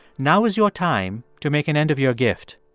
now is your time to make an end-of-year gift.